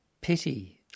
pity